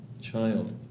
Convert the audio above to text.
Child